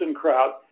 crowd